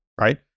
Right